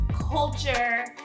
culture